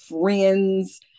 friends